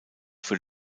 für